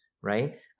right